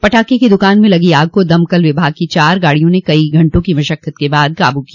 पटाखे की दुकान में लगी आग को दमकल विभाग की चार गाड़ियों ने कई घंटा की मशक्कत के बाद काबू किया